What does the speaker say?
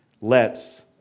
lets